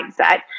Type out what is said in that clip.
mindset